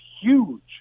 huge